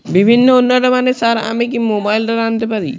বিভিন্ন উন্নতমানের সার আমি কি মোবাইল দ্বারা আনাতে পারি?